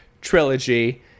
trilogy